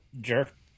jerk